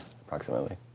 approximately